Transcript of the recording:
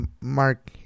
Mark